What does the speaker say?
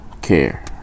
care